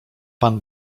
pan